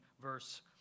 verse